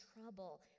trouble